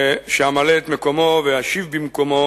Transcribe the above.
שאמלא את מקומו ואשיב במקומו